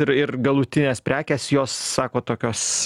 ir ir galutinės prekės jos sakot tokios